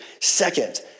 Second